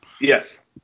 Yes